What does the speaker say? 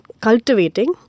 cultivating